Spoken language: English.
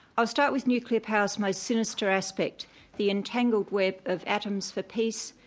i'll start with nuclear power's most sinister aspect the entangled web of atoms for peace,